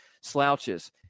slouches